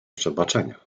przebaczenia